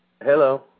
Hello